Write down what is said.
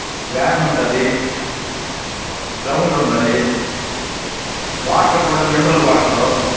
van ఉంటుంది ground ఉంది water కూడా మినరల్ వాటరు